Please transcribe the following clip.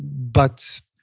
but